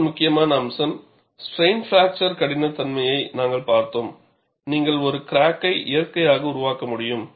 மற்றொரு முக்கியமான அம்சம் ஸ்ட்ரைன் பிராக்சர் கடினத்தன்மையை நாங்கள் பார்த்தோம் நீங்கள் ஒரு கிராக்கை இயற்கையாக உருவாக்க வேண்டும்